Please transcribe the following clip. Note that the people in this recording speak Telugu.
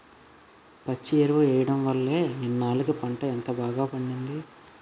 పచ్చి ఎరువు ఎయ్యడం వల్లే ఇన్నాల్లకి పంట ఇంత బాగా పండింది